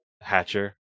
Hatcher